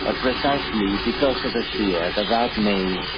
ah precisely because of the fear that that may